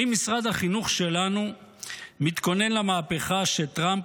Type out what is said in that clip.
האם משרד החינוך שלנו מתכונן למהפכה שטראמפ